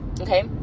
Okay